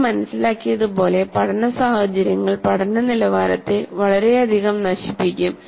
നിങ്ങൾ മനസിലാക്കിയത് പോലെ പഠന സാഹചര്യങ്ങൾ പഠന നിലവാരത്തെ വളരെയധികം നശിപ്പിക്കും